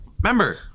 remember